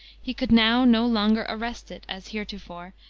he could now no longer arrest it, as heretofore,